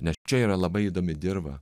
nes čia yra labai įdomi dirva